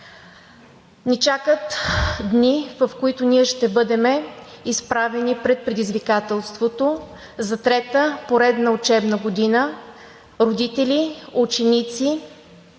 ни чакат дни, в които ние ще бъдем изправени пред предизвикателството за трета поредна учебна година – родители, ученици